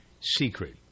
secret